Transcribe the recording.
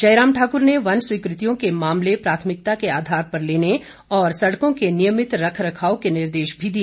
जयराम ठाकुर ने वन स्वीकृतियों के मामले प्राथमिकता के आधार पर लेने और सड़कों के नियमित रखरखाव के निर्देश भी दिए